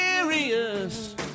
serious